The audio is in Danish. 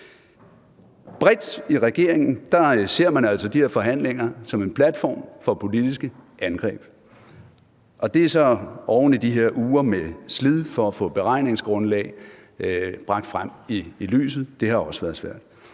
Bredt i regeringen ser man altså de her forhandlinger som en platform for politiske angreb, og det er så oven i de her uger med slid for at få et beregningsgrundlag bragt frem i lyset, og det har også været svært.